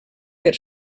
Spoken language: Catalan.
per